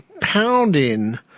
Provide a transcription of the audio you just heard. Pounding